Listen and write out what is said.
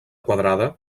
quadrada